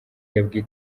yabwiye